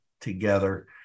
together